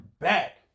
back